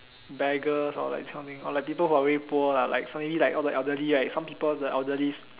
beggars or like this kind of thing or like people who are very poor ah like so maybe like all the elderly right some people the elderlies